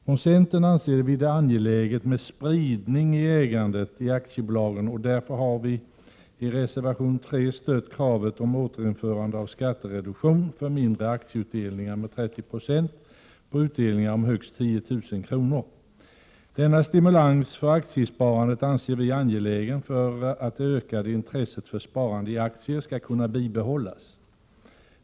Från centern anser vi det angeläget med spridning av ägandet i aktiebolagen, och därför har vi i reservation 3 stött kravet om återinförande av skattereduktion med 30 26 på utdelningar om högst 10 000 kr. Denna stimulans för aktiesparandet anser vi angelägen för att det ökade intresset för sparande i aktier skall kunna bibehållas.